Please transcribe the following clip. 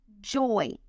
joy